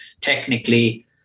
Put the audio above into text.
technically